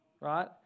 right